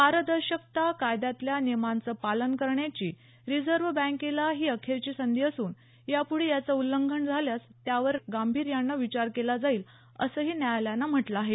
पारदर्शकता कायद्यातल्या नियमांचं पालन करण्याची रिजव्ह बँकेला ही अखेरची संधी असून यापुढे याचं उल्लंघन झाल्यास त्यावर गांभीर्यानं विचार केला जाईल असंही न्यायालयानं म्हटलं आहे